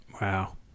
Wow